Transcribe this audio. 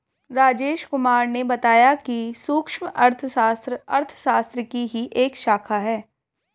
राजेश कुमार ने बताया कि सूक्ष्म अर्थशास्त्र अर्थशास्त्र की ही एक शाखा है